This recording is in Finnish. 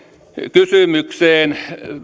kysymykseen